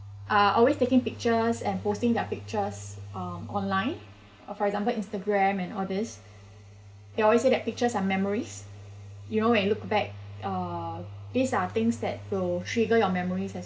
are always taking pictures and posting their pictures um online uh for example Instagram and all these they always say that pictures are memories you know when you look back uh these are things that will trigger your memories